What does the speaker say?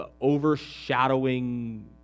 overshadowing